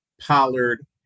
Pollard